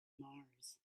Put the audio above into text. mars